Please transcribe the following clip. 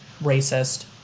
racist